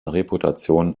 reputation